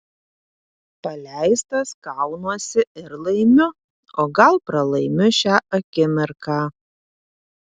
paleistas kaunuosi ir laimiu o gal pralaimiu šią akimirką